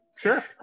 sure